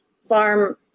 farm